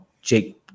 Jake